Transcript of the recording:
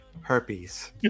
herpes